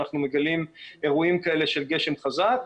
אנחנו מגלים אירועים כאלה של גשם חזק,